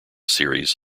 series